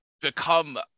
become